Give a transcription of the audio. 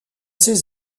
ces